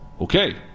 okay